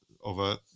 over